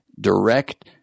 direct